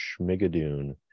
Schmigadoon